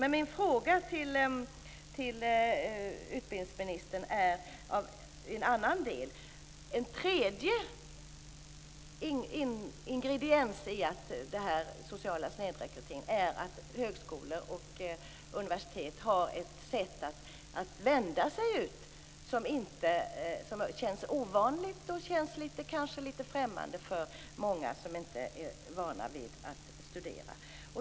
Min fråga till utbildningsministern rör dock en annan del i det här. En tredje ingrediens i den sociala snedrekryteringen är att högskolor och universitet har ett sätt att vända sig utåt som känns ovanligt och kanske litet främmande för många som inte är vana vid att studera.